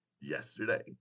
yesterday